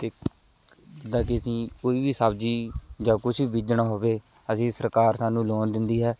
ਅਤੇ ਜਿੱਦਾਂ ਕਿ ਅਸੀਂ ਕੋਈ ਵੀ ਸਬਜ਼ੀ ਜਾਂ ਕੁਛ ਵੀ ਬੀਜਣਾ ਹੋਵੇ ਅਸੀਂ ਸਰਕਾਰ ਸਾਨੂੰ ਲੋਨ ਦਿੰਦੀ ਹੈ